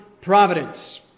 providence